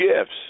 gifts